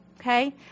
okay